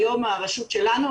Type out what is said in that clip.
היום הרשות שלנו,